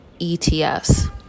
ETFs